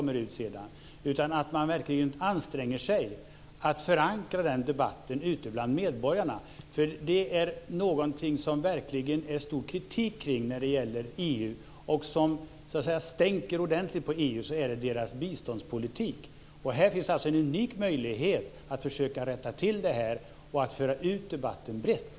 Man måste verkligen anstränga sig för att förankra den här debatten ute hos medborgarna. Om det är någonting som det verkligen är stor kritik kring när det gäller EU och som så att säga stänker ordentligt på EU, så är det deras biståndspolitik. Här finns alltså en unik möjlighet att försöka rätta till detta och föra ut debatten brett.